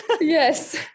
Yes